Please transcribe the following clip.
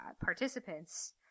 participants